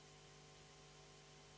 Hvala.